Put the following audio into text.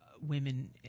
women